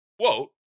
Quote